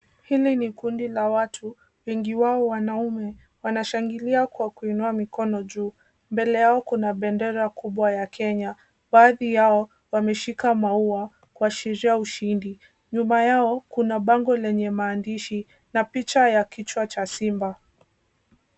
Hili ni kundi la watu, wengi wao wanaume. Wanashangilia kwa kuinua mikono juu. Mbele yao kuna bendera kubwa ya Kenya. Baadhi yao wameshika maua kuashiria ushindi. Nyuma yao kuna bango lenye maandishi na picha ya kichwa cha simba.